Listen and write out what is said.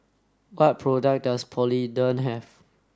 what products does Polident have